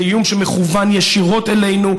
זה איום שמכוון ישירות אלינו,